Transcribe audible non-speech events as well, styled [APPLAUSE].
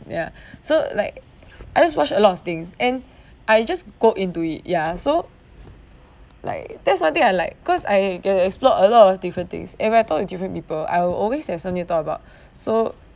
ya [BREATH] so like I just watch a lot of things and [BREATH] I just go into it ya so like that's one I thing I like cause I get to explore a lot of different things and when I talk to different people I will always have something to talk about [BREATH] so